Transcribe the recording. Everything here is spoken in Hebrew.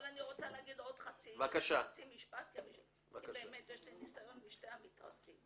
אבל אני רוצה להגיד עוד חצי משפט כי באמת יש לי ניסיון בשני המתרסים.